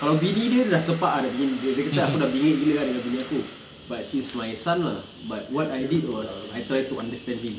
kalau bini dia dah sepak ah I mean dia kata aku dah bingit gila ah dengan bini aku but he's my son lah but what I did was I try to understand him